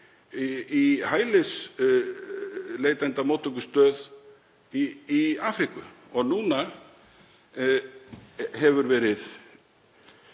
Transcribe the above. í hælisleitendamóttökustöð í Afríku. Nú hefur verið